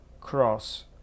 cross